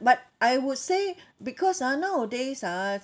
but I would say because ah nowadays ah